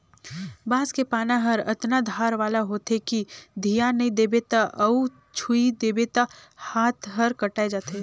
बांस के पाना हर अतना धार वाला होथे कि धियान नई देबे त अउ छूइ देबे त हात हर कटाय जाथे